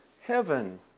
heaven